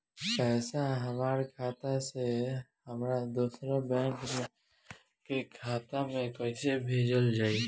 पैसा हमरा खाता से हमारे दोसर बैंक के खाता मे कैसे भेजल जायी?